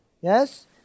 Yes